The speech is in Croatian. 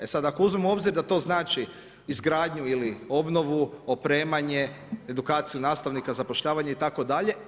E sad, ako uzmemo u obzir da to znači izgradnju ili obnovu, opremanje, edukaciju nastavnika, zapošljavanje itd.